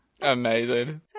Amazing